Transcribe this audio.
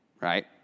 right